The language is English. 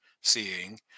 seeing